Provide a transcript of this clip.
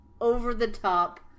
over-the-top